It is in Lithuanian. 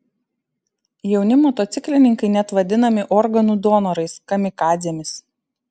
jauni motociklininkai net vadinami organų donorais kamikadzėmis